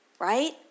right